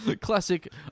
Classic